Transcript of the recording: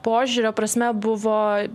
požiūrio prasme buvo